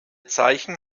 zeichen